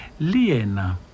liena